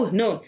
no